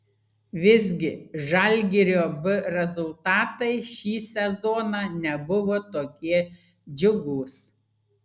visgi žalgirio b rezultatai šį sezoną nebuvo tokie džiugūs